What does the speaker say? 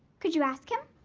could you ask him?